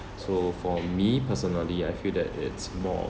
so for me personally I feel that it's more